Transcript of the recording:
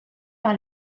par